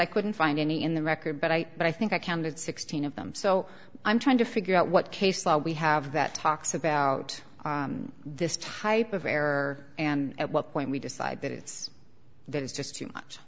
i couldn't find any in the record but i but i think i counted sixteen of them so i'm trying to figure out what case law we have that talks about this type of error and at what point we decide that it's just too much